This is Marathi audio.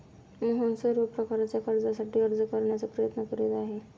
मोहन सर्व प्रकारच्या कर्जासाठी अर्ज करण्याचा प्रयत्न करीत आहे